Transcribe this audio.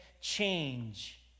change